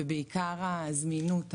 ובעיקר הזמינות,